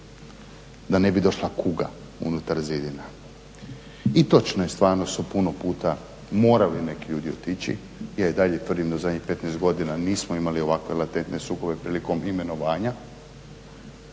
da ne bi došla kuga unutar zidina. I točno je, stvarno su puno puta morali neki ljudi otići jer i dalje, tvrdim u zadnjih 15 godina nismo imali ovako latentne sukobe prilikom imenovanja,